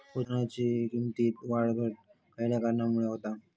उत्पादनाच्या किमतीत वाढ घट खयल्या कारणामुळे होता?